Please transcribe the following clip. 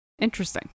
Interesting